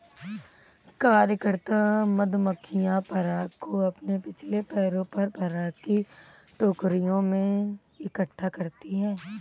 कार्यकर्ता मधुमक्खियां पराग को अपने पिछले पैरों पर पराग की टोकरियों में इकट्ठा करती हैं